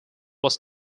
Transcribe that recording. was